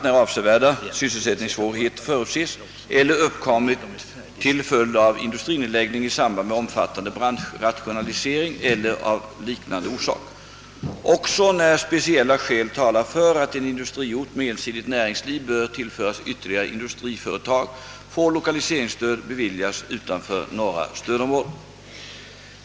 när avsevärda sysselsättningssvårigheter förutses eller uppkommit till följd av industrinedläggning i samband med omfattande branschrationalisering eller av liknande orsak. Också när speciella skäl talar för att en industriort med ensidigt näringsliv bör tillföras ytterligare industriföretag får lokaliseringsstöd beviljas utanför norra stödområdet.